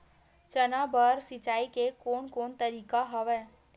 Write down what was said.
चना बर सिंचाई के कोन कोन तरीका हवय?